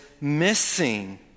missing